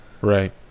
right